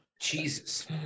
Jesus